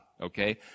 Okay